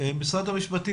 המעטה.